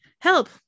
Help